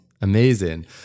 Amazing